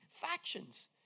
factions